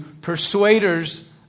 persuaders